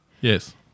yes